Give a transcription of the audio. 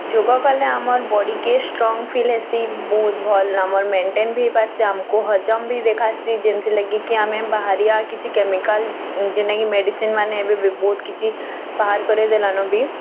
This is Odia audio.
ଯୋଗ କଲେ ଆମର୍ ବଡ଼ିକେ ଷ୍ଟ୍ରଙ୍ଗ୍ ଫିଲ୍ ଆସି ବହୁତ ଭଲ୍ ବି ଆମର୍ ମେଣ୍ଟେନ୍ବି ହେଇପାରସି ଆମକୁ ହଜମ୍ବି ଦେଖାସି ଯେନ୍ତି ଲାଗି କି ଆମେ ବାହାରିବା କିଛି କେମିକାଲ୍ ଯେନ୍ତା କି ମେଡ଼ିସିନ୍ ମାନେ ବି ବହୁତ କିଛି ବାହାର କରି ଦେଲାଣ ବି